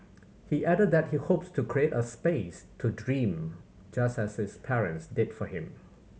he added that he hopes to create a space to dream just as his parents did for him